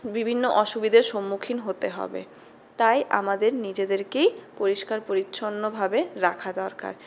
বিভিন্ন অসুবিধের সম্মুখীন হতে হবে তাই আমাদের নিজেদেরকেই পরিষ্কার পরিচ্ছন্নভাবে রাখা দরকার